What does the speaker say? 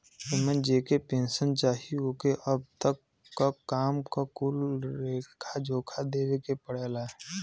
एमन जेके पेन्सन चाही ओके अब तक क काम क कुल लेखा जोखा देवे के पड़ला